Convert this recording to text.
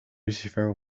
lucifer